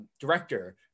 director